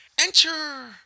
Enter